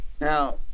Now